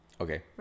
okay